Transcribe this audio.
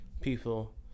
people